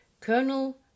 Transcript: Colonel